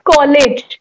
College